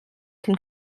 can